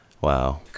Wow